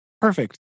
perfect